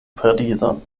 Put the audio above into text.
parizon